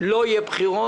לא יהיו בחירות,